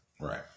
right